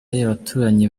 abaturanyi